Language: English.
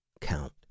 count